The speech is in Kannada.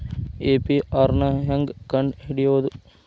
ಎ.ಪಿ.ಆರ್ ನ ಹೆಂಗ್ ಕಂಡ್ ಹಿಡಿಯೋದು?